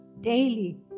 Daily